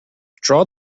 draw